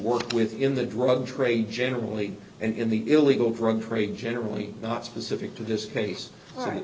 worked within the drug trade generally and in the illegal drug trade generally not specific to this case